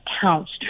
counts